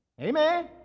Amen